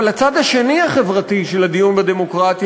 אבל הצד החברתי השני של הדיון בדמוקרטיה